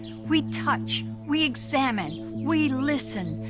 we touch, we examine, we listen.